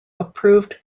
approved